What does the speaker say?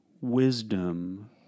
wisdom